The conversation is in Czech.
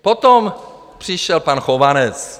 Potom přišel pan Chovanec.